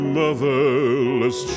motherless